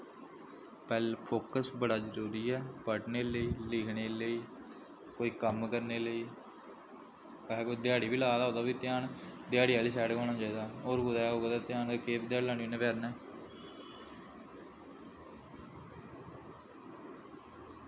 well focus बड़ा जरूरी ऐ पढ़ने लेई लिखने लेई ते कोई कम्म करने लेई भामें कोई ध्याड़ी बी ला दा होगा ओह् बी ध्यान ध्याड़ी आह्ली साइड गै होना चाहिदा होर कुदै होग ध्यान ते केह् ध्याड़ी लानी उ'न्ने बचैरे ने